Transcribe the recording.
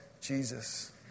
Jesus